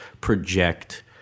project